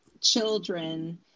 children